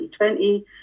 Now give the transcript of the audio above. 2020